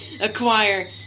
acquire